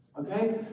Okay